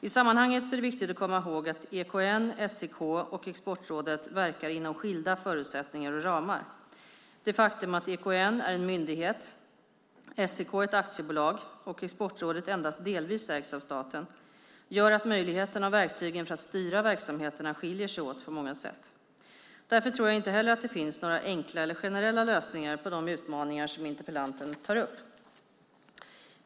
I sammanhanget är det viktigt att komma ihåg att EKN, SEK och Exportrådet verkar inom skilda förutsättningar och ramar. Det faktum att EKN är en myndighet, SEK ett aktiebolag och Exportrådet endast delvis ägs av staten, gör att möjligheterna och verktygen för att styra verksamheterna skiljer sig åt på många sätt. Därför tror jag inte heller att det finns några enkla eller generella lösningar på de utmaningar som interpellanten tar upp.